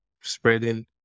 spreading